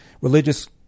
Religious